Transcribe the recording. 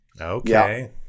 Okay